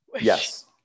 Yes